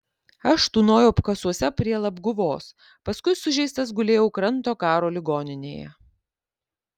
aš tūnojau apkasuose prie labguvos paskui sužeistas gulėjau kranto karo ligoninėje